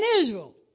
Israel